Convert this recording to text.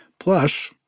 Plus